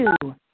two